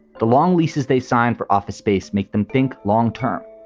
the long leases they signed for office space make them think long term.